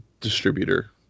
distributor